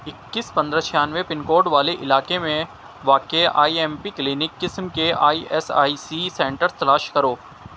اکس پندرہ چھیانوے پن کوڈ والے علاقے میں واقع آئی ایم پی کلینک قسم کے E S I C centres تلاش کرو